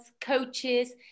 coaches